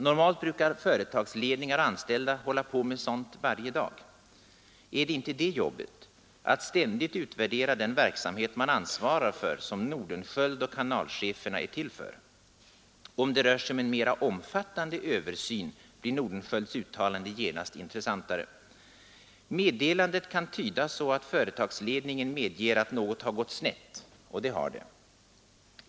Normalt brukar företagsledningar och anställda hålla på med sånt varje dag. Är det inte det jobbet — att ständigt utvärdera den verksamhet man ansvarar för — som Nordenskiöld och kanalcheferna är till för? Om det rör sig om en mera omfattande översyn blir Nordenskiölds uttalande genast intressantare. Meddelandet kan tydas så att företagsledaingen medger att något har gått snett — och det har det.